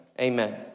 amen